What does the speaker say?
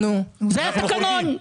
זה התקנון.